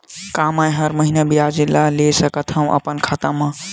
का मैं हर महीना ब्याज ला ले सकथव अपन खाता मा?